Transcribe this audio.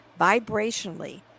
Vibrationally